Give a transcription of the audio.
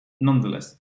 Nonetheless